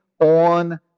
on